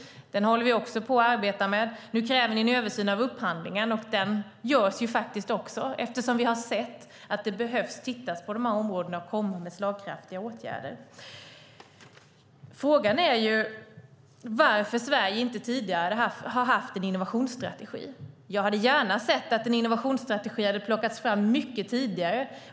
Den håller vi också på att arbeta med. Nu kräver ni en översyn av upphandlingen. Den görs också eftersom vi har sett att man behöver titta på dessa områden och komma med slagkraftiga åtgärder. Frågan är varför Sverige inte tidigare har haft en innovationsstrategi. Jag hade gärna sett att en innovationsstrategi hade plockats fram mycket tidigare.